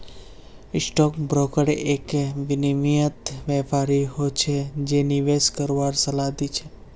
stock broker एक विनियमित व्यापारी हो छै जे निवेश करवार सलाह दी छै